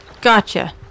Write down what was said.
Gotcha